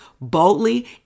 boldly